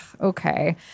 okay